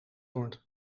wordt